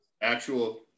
actual